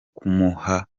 kumuha